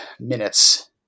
minutes